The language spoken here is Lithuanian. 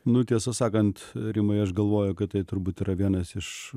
nu tiesą sakant rimai aš galvoju kad tai turbūt yra vienas iš